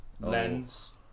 Lens